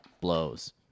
blows